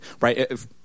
right